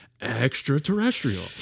Extraterrestrial